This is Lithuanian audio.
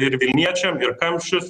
ir vilniečiams ir kamščius